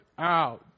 out